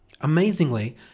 Amazingly